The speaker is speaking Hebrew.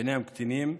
ביניהם קטינים.